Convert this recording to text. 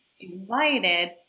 invited